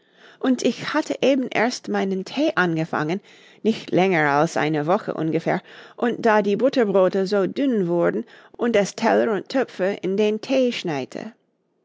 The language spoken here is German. und ich hatte eben erst meinen thee angefangen nicht länger als eine woche ungefähr und da die butterbrote so dünn wurden und es teller und töpfe in den thee schneite